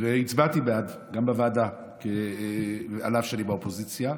והצבעתי בעד גם בוועדה, אף שאני באופוזיציה,